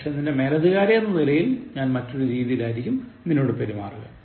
പക്ഷേ നിന്റെ മേലധികാരി എന്ന നിലയിൽ ഞാൻ മറ്റൊരു രീതിയിലായിരിക്കും നിന്നോട് പെരുമാറുക